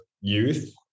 youth